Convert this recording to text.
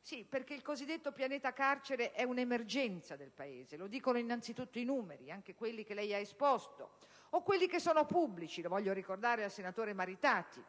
Sì, perché il cosiddetto pianeta carcere è un'emergenza del Paese. Lo dicono innanzitutto i numeri, anche quelli che lei ha esposto o quelli che sono pubblici - lo voglio ricordare al senatore Maritati